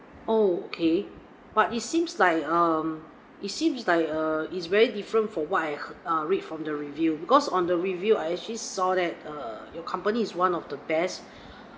okay but it seems like mm it seems like err it's very different from what I err read from the review because on the review I actually saw that err your company is one of the best